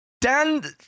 Dan